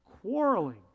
quarreling